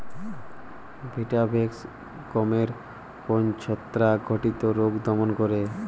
Vitavax গমের কোন ছত্রাক ঘটিত রোগ দমন করে?